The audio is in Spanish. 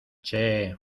che